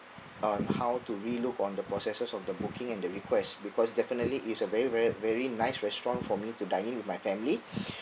on how to relook on the processes of the booking and the request because definitely it's a very very very nice restaurant for me to dine in with my family